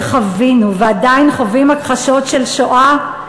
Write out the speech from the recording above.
שחווינו ועדיין חווים הכחשות של שואה,